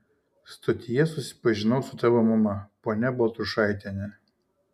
stotyje susipažinau su tavo mama ponia baltrušaitiene